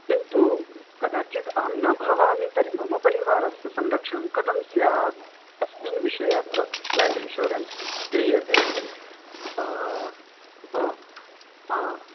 किन्तु कदाचित् अहं न भवामि तर्हि मम परिवारस्य संरक्षणं कथं स्यात् अस्मिन् विषये अत्र लैफ़् इन्शोरेन्स क्रियते आचार्य भ